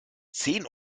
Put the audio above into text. zehn